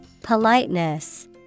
Politeness